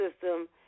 system